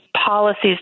policies